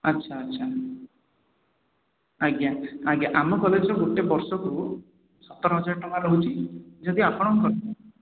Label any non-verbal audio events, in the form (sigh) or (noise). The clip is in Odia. ଆଚ୍ଛା ଆଚ୍ଛା ଆଜ୍ଞା ଆଜ୍ଞା ଆମ କଲେଜରେ ଗୋଟେ ବର୍ଷକୁ ସତର ହଜାର ଟଙ୍କା ରହୁଛି ଯଦି ଆପଣ (unintelligible)